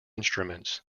instruments